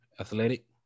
athletic